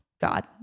God